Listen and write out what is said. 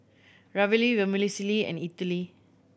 Ravioli Vermicelli and Idili